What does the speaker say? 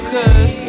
Cause